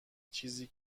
چیزی